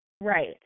Right